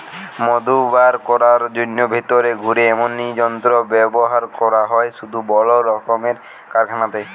মধু বার কোরার জন্যে ভিতরে ঘুরে এমনি যন্ত্র ব্যাভার করা হয় শুধু বড় রক্মের কারখানাতে